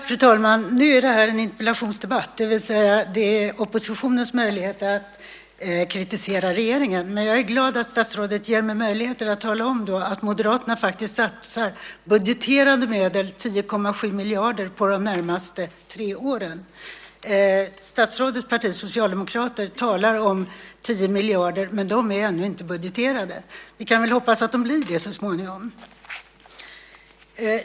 Fru talman! Nu är det här en interpellationsdebatt, det vill säga det är oppositionens möjlighet att kritisera regeringen. Men jag är glad att statsrådet ger mig möjlighet att tala om att Moderaterna faktiskt satsar 10,7 miljarder i budgeterade medel under de närmaste tre åren. Statsrådets parti, Socialdemokraterna, talar om 10 miljarder, men de är ännu inte budgeterade. Vi kan väl hoppas att de blir det så småningom.